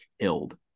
killed